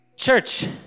Church